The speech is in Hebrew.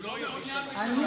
הוא לא מעוניין בשלום,